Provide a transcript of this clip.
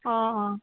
অঁ অঁ